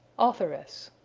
authoress.